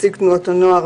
נציג תנועת הנוער.